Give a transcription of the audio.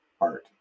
art